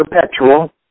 Perpetual